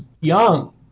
young